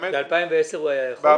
ב-2010 הוא היה יכול?